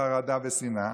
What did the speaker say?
חרדה ושנאה.